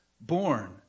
born